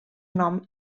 nom